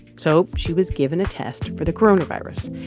so she was given a test for the coronavirus.